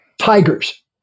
Tigers